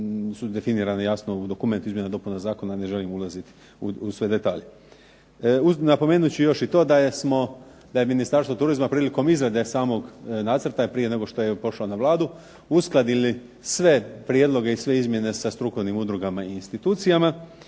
su definirani jasno u dokument o izmjenama i dopunama zakona, ja ne želim ulaziti u sve detalje. Napomenut ću još i to da je Ministarstvo turizma prilikom izrade samog nacrta prije nego što je pošla na Vladu uskladili sve prijedloge i izmjena sa strukovnim udrugama i institucijama.